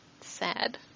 Sad